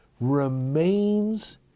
remains